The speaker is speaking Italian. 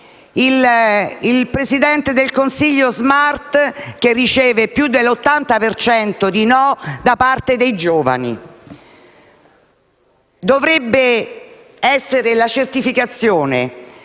Il Presidente del Consiglio *smart*, che riceve più dell'80 per cento di «no» da parte dei giovani: questa dovrebbe essere la certificazione